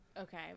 Okay